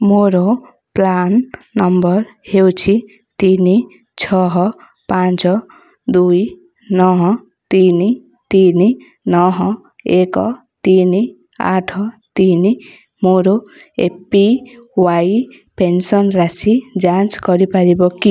ମୋର PRAN number ହେଉଛି ତିନି ଛଅ ପାଞ୍ଚ ଦୁଇ ନଅ ତିନି ତିନି ନଅ ଏକ ତିନି ଆଠ ତିନି ମୋର ଏ ପି ୱାଇ ପେନ୍ସନ୍ ରାଶି ଯାଞ୍ଚ କରିପାରିବ କି